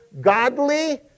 godly